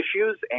issues